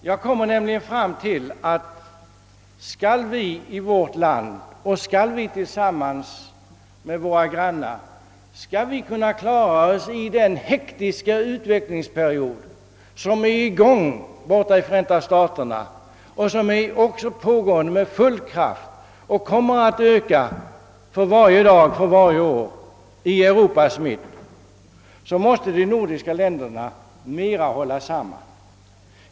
Jag kommer fram till att skall vi i vårt land tillsammans med våra grannar kunna klara oss i den hektiska utveckling som äger rum i Förenta staterna och som med full, för varje år — ja, för varje dag — ökande kraft pågår i Europas mitt, så måste de nordiska länderna hålla samman mera.